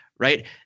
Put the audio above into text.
right